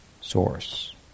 source